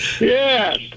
Yes